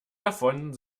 davon